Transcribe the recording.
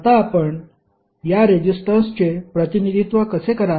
आता आपण या रेजिस्टन्सचे प्रतिनिधित्व कसे कराल